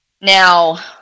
now